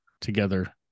together